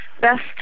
Best